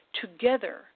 together